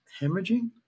hemorrhaging